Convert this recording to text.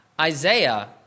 Isaiah